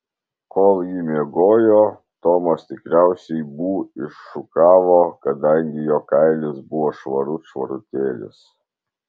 kol ji miegojo tomas tikriausiai bū iššukavo kadangi jo kailis buvo švarut švarutėlis